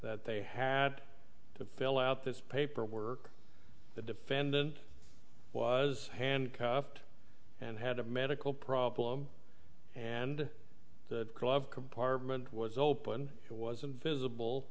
that they had to fill out this paperwork the defendant was handcuffed and had a medical problem and the club compartment was open it wasn't visible